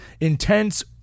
intense